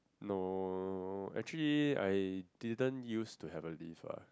no actually I didn't used to have a lift ah